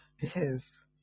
Yes